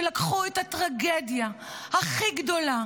שלקחו את הטרגדיה הכי גדולה,